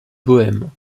bohème